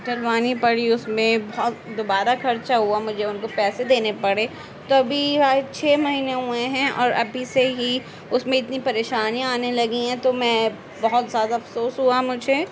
ڈلوانی پڑی اس میں دوبارہ خرچہ ہوا مجھے ان کو پیسے دینے پڑے تو ابھی آ چھ مہینے ہوئے ہیں اور ابھی سے ہی اس میں اتنی پریشانیاں آنے لگی ہیں تو میں بہت زیادہ افسوس ہوا مجھے